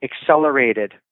accelerated